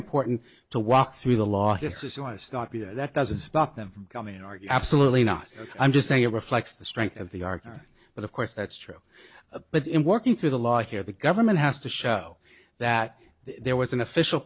important to walk through the lawyers who want to start here that doesn't stop them from coming in are you absolutely not i'm just saying it reflects the strength of the argument but of course that's true but in working through the law here the government has to show that there was an official